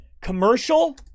Commercial